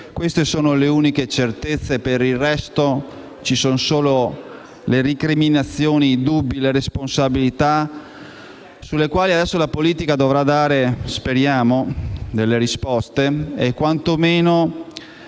Queste sono le uniche certezze; per il resto, ci sono solo le recriminazioni, i dubbi e le responsabilità, sulle quali adesso la politica dovrà dare - speriamo - delle risposte e quanto meno